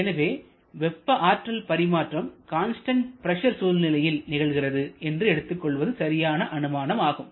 எனவே வெப்ப ஆற்றல் பரிமாற்றம் கான்ஸ்டன்ட் பிரஷர் சூழ்நிலையில் நிகழ்கிறது என்று எடுத்துக் கொள்வது சரியான அனுமானம் ஆகும்